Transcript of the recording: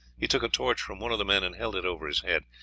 he took a torch from one of the men and held it over his head.